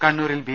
കണ്ണൂരിൽ ബി